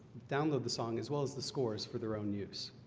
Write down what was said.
download the song as well as the scores for their own use